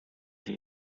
się